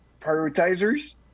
prioritizers